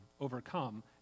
overcome